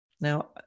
Now